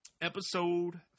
episode